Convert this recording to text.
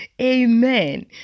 Amen